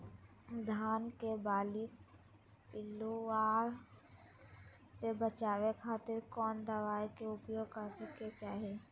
धान के बाली पिल्लूआन से बचावे खातिर कौन दवाई के उपयोग करे के चाही?